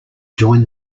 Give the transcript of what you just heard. join